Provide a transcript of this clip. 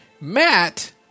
Matt